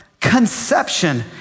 conception